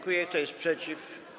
Kto jest przeciw?